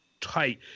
tight